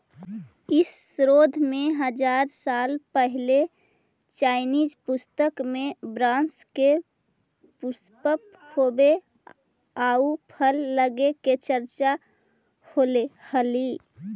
इस शोध में हजार साल पहिले चाइनीज पुस्तक में बाँस के पुष्पित होवे आउ फल लगे के चर्चा होले हइ